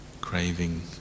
Craving